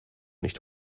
nicht